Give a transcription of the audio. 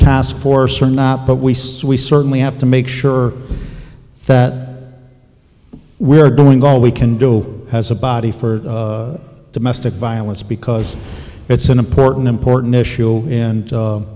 task force or not but we still we certainly have to make sure that we're doing all we can do as a body for domestic violence because it's an important important issue